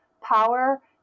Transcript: power